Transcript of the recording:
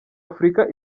afurika